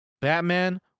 Batman